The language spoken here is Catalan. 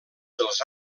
dels